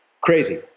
Crazy